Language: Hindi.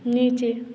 नीचे